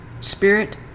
spirit